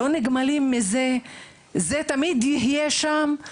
זה יהיה שם בכל גיל.